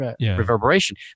reverberation